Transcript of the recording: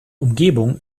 umgebung